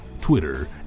Twitter